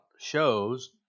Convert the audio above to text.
shows